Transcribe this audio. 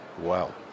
wow